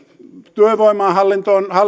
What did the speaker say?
työvoimahallinnon